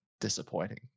Disappointing